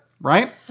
Right